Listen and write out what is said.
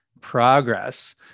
progress